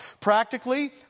Practically